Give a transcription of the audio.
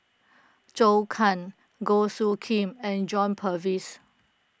Zhou Can Goh Soo Khim and John Purvis